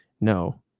no